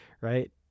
Right